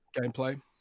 gameplay